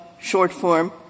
short-form